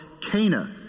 Cana